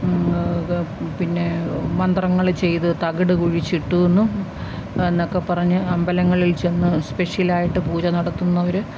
പിന്നെ മന്ത്രങ്ങള് ചെയ്ത് തകിട് കുഴിച്ചിട്ടൂന്നും എന്നൊക്കെ പറഞ്ഞു അമ്പലങ്ങളിൽ ചെന്ന് സ്പെഷ്യലായിട്ട് പൂജ നടത്തുന്നവര്